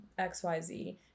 xyz